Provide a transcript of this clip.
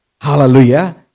Hallelujah